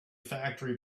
factory